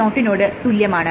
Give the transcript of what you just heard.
നോട് തുല്യമാണ്